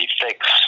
fix